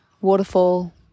waterfall